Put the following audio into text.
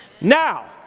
Now